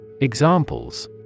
Examples